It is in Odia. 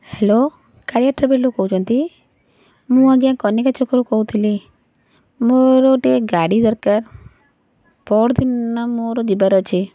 ହ୍ୟାଲୋ କାଳିଆ ଟ୍ରାଭେଲରୁ କହୁଛନ୍ତି ମୁଁ ଆଜ୍ଞା କନିକା ଛକରୁ କହୁଥିଲି ମୋର ଟିକିଏ ଗାଡ଼ି ଦରକାର ପରଦିନ ମୋର ଯିବାର ଅଛି